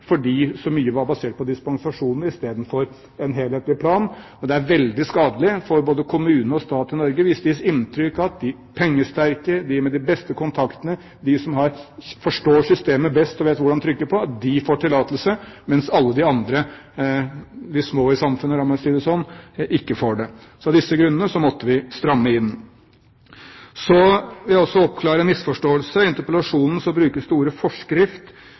så mye var basert på dispensasjoner i stedet for en helhetlig plan. Det er veldig skadelig for både kommune og stat i Norge hvis det gis inntrykk av at de pengesterke, de med de beste kontaktene, de som forstår systemet best og vet hvor man skal trykke på, får tillatelse, mens alle de andre – de små i samfunnet, la meg si det sånn – ikke får det. Så av disse grunnene måtte vi stramme inn. Så vil jeg også oppklare en misforståelse. I interpellasjonen brukes